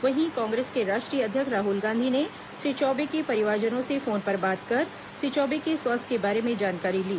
वहीं कांग्रेस के राष्ट्रीय अध्यक्ष राहुल गांधी ने श्री चौबे के परिवारजनों से फोन पर बात कर श्री चौबे के स्वास्थ्य के बारे में जानकारी ली